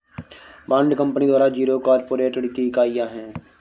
bond company द्वारा जारी corporate ऋण की इकाइयां हैं